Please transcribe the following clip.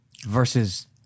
versus